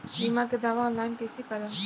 बीमा के दावा ऑनलाइन कैसे करेम?